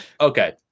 Okay